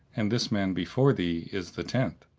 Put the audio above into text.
and this man before thee is the tenth.